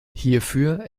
hierfür